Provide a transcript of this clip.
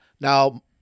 Now